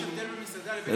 יש הבדל בין מסעדה לבין,